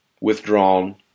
withdrawn